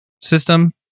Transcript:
system